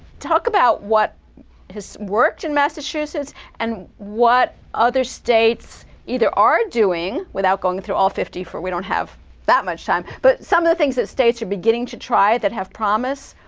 talk about what has worked in massachusetts and what other states either are doing, without going through all fifty, we don't have that much time. but some of the things that states are beginning to try that have promise.